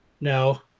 No